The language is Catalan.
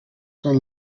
són